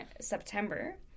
September